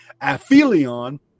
Aphelion